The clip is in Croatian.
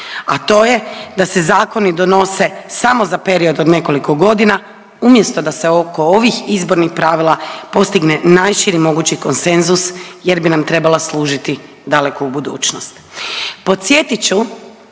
a to je da se zakoni donosi samo za period od nekoliko godina umjesto da se oko ovih izbornih pravila postigne najširi mogući konsenzus jer bi nam trebala služiti daleko u budućnost.